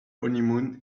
honeymoon